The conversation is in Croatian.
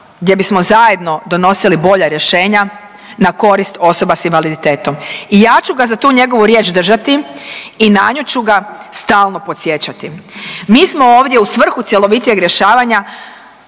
gdje bismo zajedno donosili bolja rješenja na korist osoba sa invaliditetom. I ja ću ga za tu njegovu riječ držati i na nju ću ga stalno podsjećati. Mi smo ovdje u svrhu cjelovitijeg rješavanja